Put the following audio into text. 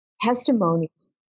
testimonies